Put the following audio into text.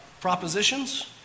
propositions